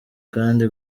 kandi